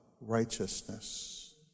righteousness